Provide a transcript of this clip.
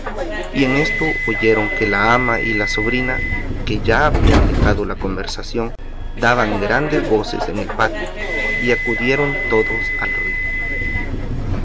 y en esto oyeron que la ama y la sobrina que ya habían dejado la conversación daban grandes voces en el patio y acudieron todos al ruido